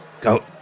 go